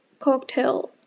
cocktail